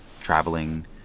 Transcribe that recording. traveling